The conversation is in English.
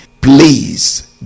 please